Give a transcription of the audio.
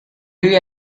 you